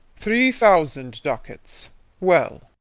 three thousand ducats well?